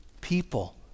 people